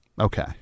okay